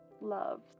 love